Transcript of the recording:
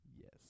Yes